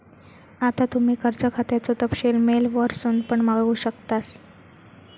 आता तुम्ही कर्ज खात्याचो तपशील मेल वरसून पण मागवू शकतास